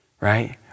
right